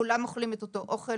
כולם אוכלים את אותו אוכל,